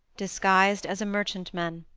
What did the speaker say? disguised as a merchantman.